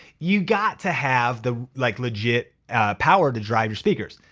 you got to have the like legit power to drive your speakers.